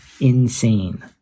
insane